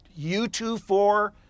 u24